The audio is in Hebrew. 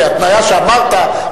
כי ההתניה שאמרת,